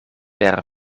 per